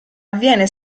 avviene